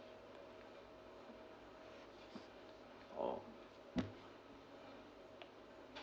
oh